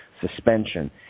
suspension